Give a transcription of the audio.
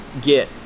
get